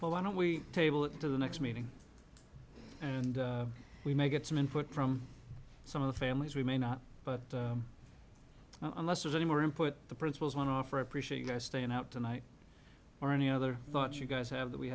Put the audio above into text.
but why don't we table it to the next meeting and we may get some input from some of the families we may not but unless there's any more input the principals want to offer appreciating our staying out tonight or any other thoughts you guys have that we